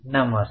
नमस्ते